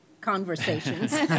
conversations